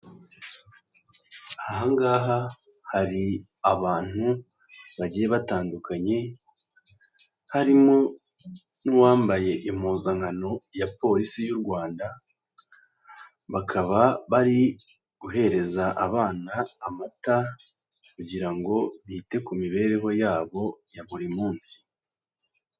Aha ngaha hari abantu bagiye batandukanye, harimo n'uwambaye impuzankano ya Polisi y'u Rwanda, bakaba bari guhereza abana amata kugira ngo bite ku mibereho yabo ya buri munsi.